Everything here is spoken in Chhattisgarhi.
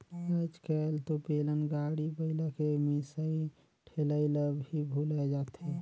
आयज कायल तो बेलन, गाड़ी, बइला के मिसई ठेलई ल भी भूलाये जाथे